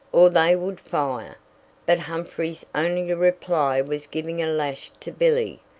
or they would fire but humphrey's only reply was giving a lash to billy,